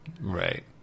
Right